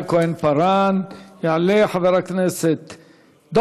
חברי הכנסת,